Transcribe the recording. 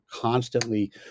constantly